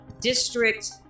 district